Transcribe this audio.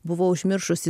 buvau užmiršusi